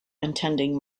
intending